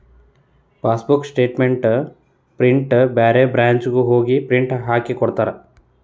passbook statement ಪ್ರಿಂಟ್ನ ಬ್ಯಾರೆ ಬ್ರಾಂಚ್ನ್ಯಾಗು ಹೋಗಿ ಪ್ರಿಂಟ್ ಹಾಕಿಕೊಡ್ತಾರ